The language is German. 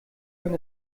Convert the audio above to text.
wenn